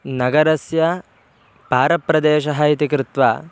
नगरस्य पारप्रदेशः इति कृत्वा